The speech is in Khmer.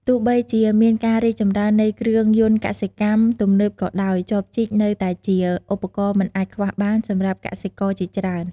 ទោះបីជាមានការរីកចម្រើននៃគ្រឿងយន្តកសិកម្មទំនើបក៏ដោយ ចបជីកនៅតែជា ឧបករណ៍មិនអាចខ្វះបាន សម្រាប់កសិករជាច្រើន។